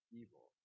evil